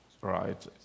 right